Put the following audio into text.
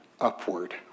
upward